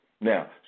Now